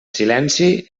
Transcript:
silenci